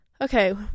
okay